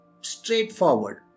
straightforward